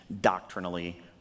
doctrinally